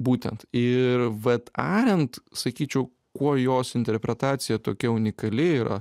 būtent ir vat arent sakyčiau kuo jos interpretacija tokia unikali yra